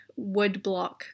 woodblock